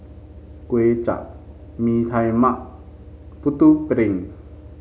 Kuay Chap Bee Tai Mak Putu Piring